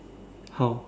how